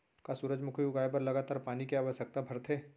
का सूरजमुखी उगाए बर लगातार पानी के आवश्यकता भरथे?